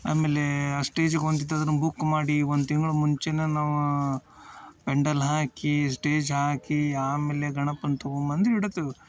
ಆಮೇಲೆ ಆ ಸ್ಟೇಜಿಗೆ ಹೊಂದಿತಂದ್ರೆ ಬುಕ್ ಮಾಡಿ ಒಂದು ತಿಂಗ್ಳು ಮುಂಚೆ ನಾವಾ ಪೆಂಡಲ್ ಹಾಕಿ ಸ್ಟೇಜ್ ಹಾಕಿ ಆಮೇಲೆ ಗಣಪನ್ನ ತಗೊಂಬಂದು ಇಡ್ತೀವಿ